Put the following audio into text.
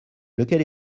lequel